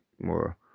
more